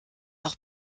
auch